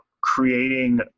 creating